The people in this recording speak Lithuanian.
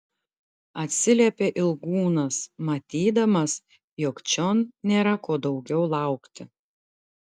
atsiliepė ilgūnas matydamas jog čion nėra ko daugiau laukti